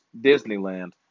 Disneyland